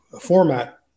format